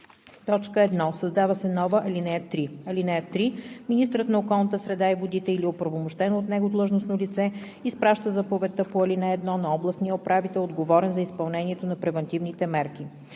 1. Създава се нова ал. 3: „(3) Министърът на околната среда и водите или оправомощено от него длъжностно лице изпраща заповедта по ал. 1 на областния управител, отговорен за изпълнението на превантивните мерки.“